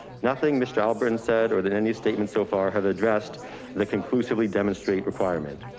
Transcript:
nothing mr. alburn said, or that any statements so far has addressed the conclusively demonstrate requirement,